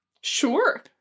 Sure